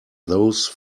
those